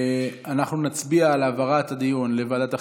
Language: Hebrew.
אנחנו נצביע על העברת הדיון לוועדת החינוך,